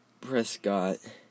Prescott